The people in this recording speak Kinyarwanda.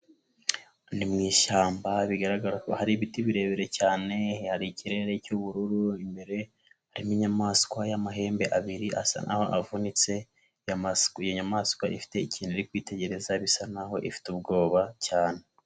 Ni mu ishyamba bigaragara ko hari ibiti birebire cyane, hari ikirere cy'ubururu, imbere harimo inyamaswa y'amahembe abiri asa naho avunitse, inyamaswa ifite ikintu iri kwitegereza bisa naho ifite ubwoba cyane.